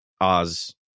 Oz